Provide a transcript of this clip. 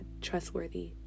trustworthy